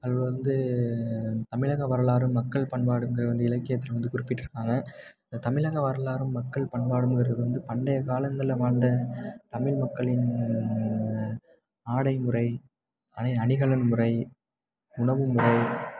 அதில் வந்து தமிழக வரலாறும் மக்கள் பண்பாடுங்கிறது வந்து இலக்கியத்தில் வந்து குறிப்பிட்டிருக்காங்க இந்த தமிழக வரலாறும் மக்கள் பண்பாடுங்கிறது வந்து பண்டைய காலங்களில் வாழ்ந்த தமிழ் மக்களின் ஆடை முறை அணி அணிகலன் முறை உணவு முறை